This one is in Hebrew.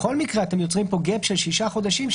בכל מקרה אתם יוצרים פה פער של שישה חודשים,